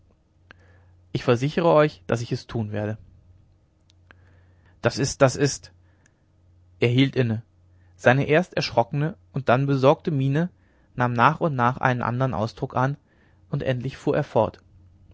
ich versichere euch daß ich es tun werde das ist das ist er hielt inne seine erst erschrockene und dann besorgte miene nahm nach und nach einen andern ausdruck an und endlich fuhr er fort